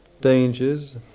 dangers